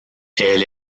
elle